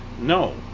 no